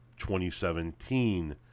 2017